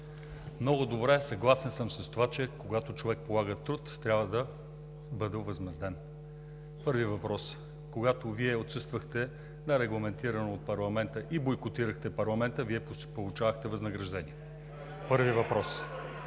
Много добре, съгласен съм с това, че когато човек полага труд, трябва да бъде овъзмезден. Първият въпрос е: когато Вие отсъствахте нерегламентирано от парламента и бойкотирахте парламента, Вие получавахте възнаграждение. (Реплики